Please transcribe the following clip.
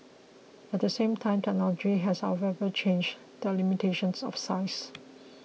at the same time technology has however changed the limitations of size